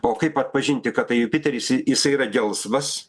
o kaip atpažinti kad tai jupiteris jisai yra gelsvas